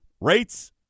rates